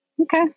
Okay